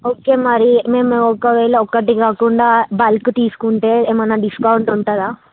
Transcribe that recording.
okay మరి మేము ఒకవేళ ఒకటి కాకుండా బల్క్ తీసుకుంటే ఏమన్నా డిస్కౌంట్ ఉంటుందా